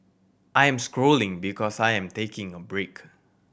I am scrolling because I am taking a break